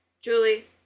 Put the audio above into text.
Julie